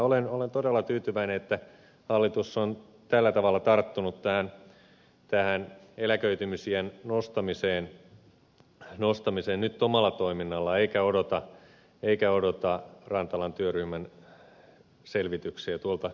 olen todella tyytyväinen että hallitus on tällä tavalla tarttunut tähän eläköitymisiän nostamiseen nyt omalla toiminnallaan eikä odota rantalan työryhmän selvityksiä tuolta osin